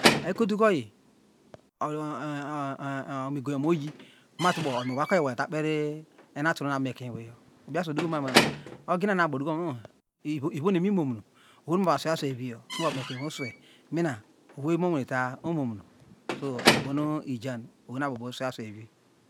Ekotukoyi omigouny omo oyi matubo oyi owakeoyi iwaya etakperi enatu now miabomu ekeny eweyo ubi aswei oduko mamu oginana nuabo odukomamu unhu ivo ivonem imomon ohomu vaswey asweyviyo nuwo abo mu ekeny eweyo uswey nina owey nu omonwaneta omomon so oyo ubo nu ijan oweynuabo abo oswey aswey ivi